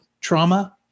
trauma